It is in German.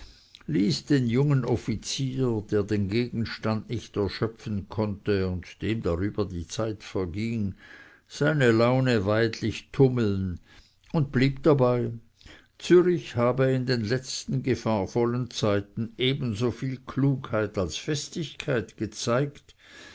ließ den jungen offizier der den gegenstand nicht erschöpfen konnte und dem darüber die zeit verging seine laune weidlich tummeln und blieb dabei zürich habe in den letzten gefahrvollen zeiten ebensoviel klugheit als festigkeit gezeigt